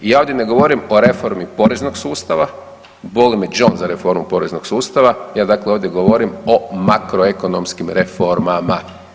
Ja ovdje ne govorim o reformi poreznog sustava, boli me đon za reformu poreznog sustava, ja dakle ovdje govorim o makroekonomskim reformama.